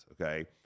okay